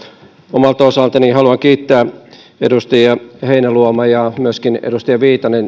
omalta osaltani haluan kiittää edustaja heinäluomaa ja myöskin edustaja viitasta